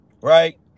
right